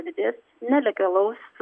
didės nelegalaus